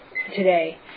today